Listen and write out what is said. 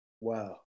wow